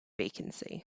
vacancy